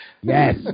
Yes